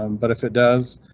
um but if it does.